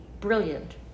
brilliant